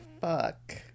fuck